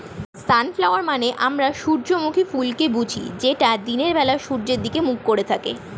sunflower মানে আমরা সূর্যমুখী ফুলকে বুঝি যেটা দিনের বেলায় সূর্যের দিকে মুখ করে থাকে